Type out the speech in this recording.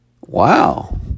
Wow